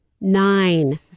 nine